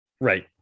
Right